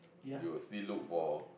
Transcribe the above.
you will still look for